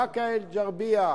באקה-אל-ע'רביה,